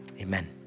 amen